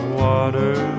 water